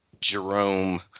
Jerome